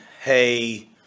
hey